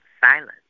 silence